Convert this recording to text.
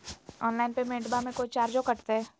Online पेमेंटबां मे कोइ चार्ज कटते?